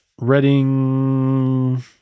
Reading